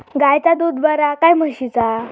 गायचा दूध बरा काय म्हशीचा?